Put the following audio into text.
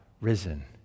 risen